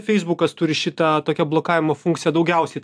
feisbukas turi šį tą tokio blokavimo funkciją daugiausiai